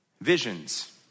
visions